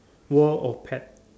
world of pet